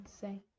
say